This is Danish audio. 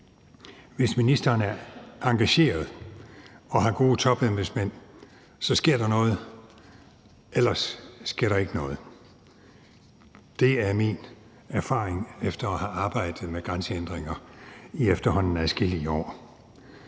hvis ministeren er engageret og har gode topembedsmænd, sker der noget, men ellers sker der ikke noget. Det er min erfaring efter at have arbejdet med grænsehindringer i efterhånden adskillige år.